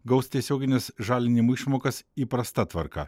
gaus tiesiogines žalinimo išmokas įprasta tvarka